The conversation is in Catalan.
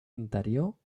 interior